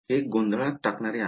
हे गोंधळात टाकणारे आहे